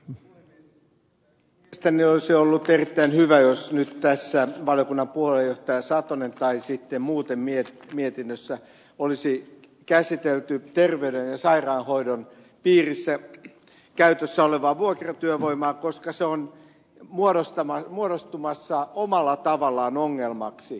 mielestäni olisi ollut erittäin hyvä jos nyt tässä valiokunnan puheenjohtaja satonen olisi käsitellyt tai sitten muuten mietinnössä olisi käsitelty terveyden ja sairaanhoidon piirissä käytössä olevaa vuokratyövoimaa koska se on muodostumassa omalla tavallaan ongelmaksi